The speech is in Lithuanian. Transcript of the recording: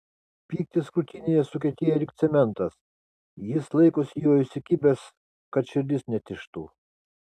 pyktis krūtinėje sukietėja lyg cementas jis laikosi jo įsikibęs kad širdis netižtų